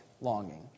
longing